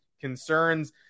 concerns